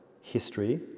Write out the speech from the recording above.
history